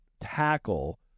tackle